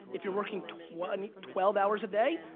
if you're working twelve and twelve hours a day,